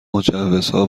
مجوزها